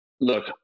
look